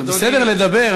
זה בסדר לדבר,